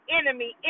enemy